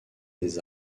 des